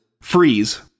Freeze